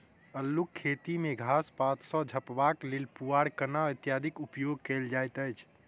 अल्लूक खेती मे घास पात सॅ झपबाक लेल पुआर, कन्ना इत्यादिक उपयोग कयल जाइत अछि